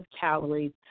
calories